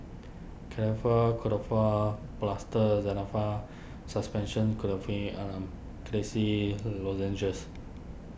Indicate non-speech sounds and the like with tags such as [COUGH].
[UNINTELLIGIBLE] Plaster Zental Far Suspension [UNINTELLIGIBLE] Clay See Lozenges